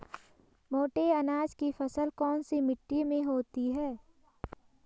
मोटे अनाज की फसल कौन सी मिट्टी में होती है?